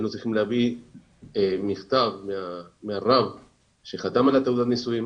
היינו צריכים להביא מכתב מהרב שחתם על תעודת הנישואים,